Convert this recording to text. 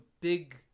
big